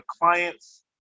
clients